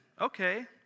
Okay